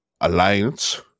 Alliance